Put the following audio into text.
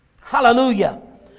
Hallelujah